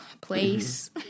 place